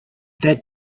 that